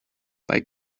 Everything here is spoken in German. bei